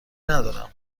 ندارم